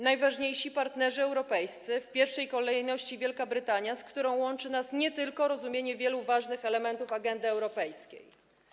Najważniejsi partnerzy europejscy, w pierwszej kolejności Wielka Brytania, z którą łączy nas nie tylko rozumienie wielu ważnych elementów agendy europejskiej.